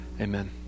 Amen